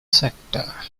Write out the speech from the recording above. sector